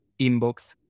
inbox